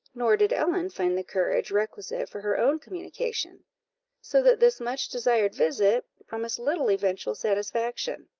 nor did ellen find the courage requisite for her own communication so that this much desired visit promised little eventual satisfaction.